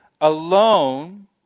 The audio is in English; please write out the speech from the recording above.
alone